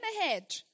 ahead